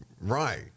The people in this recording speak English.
Right